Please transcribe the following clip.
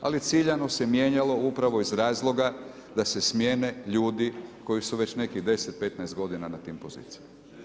Ali ciljano se mijenjalo upravo iz razloga da se smijene ljudi koji su već nekih 10, 15 godina na tim pozicijama.